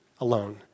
alone